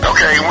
Okay